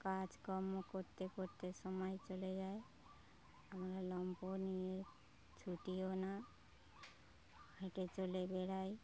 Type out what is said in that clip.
কাজকর্ম করতে করতে সময় চলে যায় আমরা লম্ফ নিয়ে ছুটিও না হেঁটে চলে বেড়াই